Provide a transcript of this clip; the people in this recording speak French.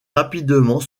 rapidement